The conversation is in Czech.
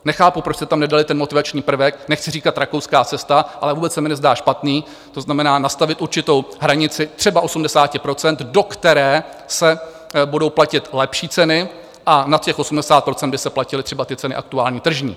Nechápu, proč jste tam nedali ten motivační prvek, nechci říkat rakouská cesta, ale vůbec se mi nezdá špatný, to znamená, nastavit určitou hranici, třeba 80 %, do které se budou platit lepší ceny, a nad těch 80 % by se platily třeba ty ceny aktuální tržní.